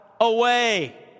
away